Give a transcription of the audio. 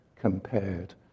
compared